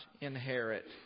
inherit